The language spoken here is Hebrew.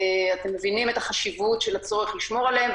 ואתם מבינים את החשיבות של הצורך לשמור עליהם,